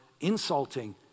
insulting